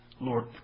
Lord